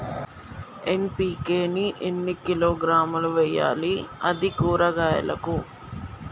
NPK ని ఎన్ని కిలోగ్రాములు వెయ్యాలి? అది కూరగాయలకు?